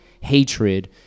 hatred